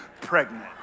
pregnant